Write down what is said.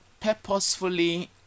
purposefully